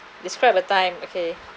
describe a time okay